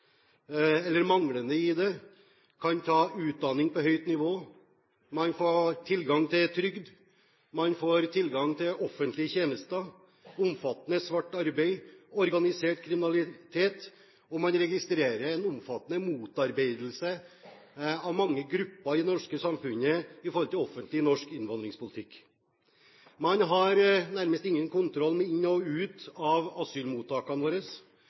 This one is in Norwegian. eller manglende ID kan ta utdanning på høyt nivå, man får tilgang til trygd, man får tilgang til offentlige tjenester, vi ser omfattende svart arbeid og organisert kriminalitet, og man registrerer en omfattende motarbeidelse av mange grupper i det norske samfunnet når det gjelder offentlig norsk innvandringspolitikk. Man har nærmest ingen kontroll med inn og ut av asylmottakene våre,